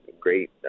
great